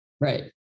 Right